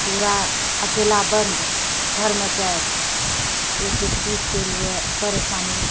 पूरा अकेला बन्द घरमे कैद एक एक चीजके लिए परेशानी